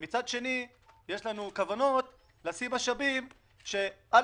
מצד שני יש לנו כוונות לשים משאבים שעל